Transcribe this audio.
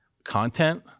content